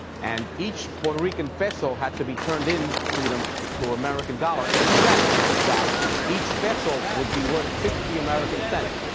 and each puerto rican peso had to be turned in to an um american dollar except that each peso would be worth sixty american cents.